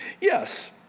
Yes